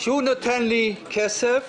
כשהוא נותן לי כסף,